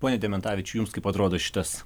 pone dementavičiau jums kaip atrodo šitas